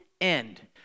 end